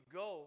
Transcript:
go